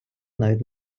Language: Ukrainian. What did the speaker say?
навіть